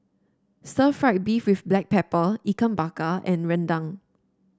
Stir Fried Beef with Black Pepper Ikan Bakar and rendang